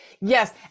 Yes